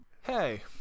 Hey